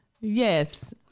Yes